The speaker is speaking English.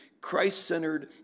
Christ-centered